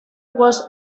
was